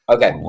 Okay